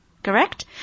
Correct